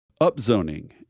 upzoning